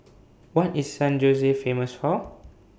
What IS San Jose Famous For